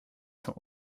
sont